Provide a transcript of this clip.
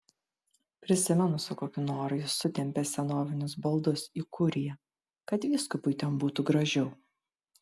prisimenu su kokiu noru jis sutempė senovinius baldus į kuriją kad vyskupui ten būtų gražiau